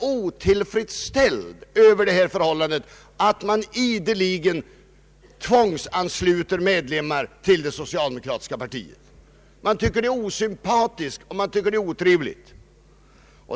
och otillfredsställd med det förhållandet att man ideligen tvångsansluter medlemmar till det socialdemokratiska partiet. Man tycker att det är osympatiskt och otrevligt.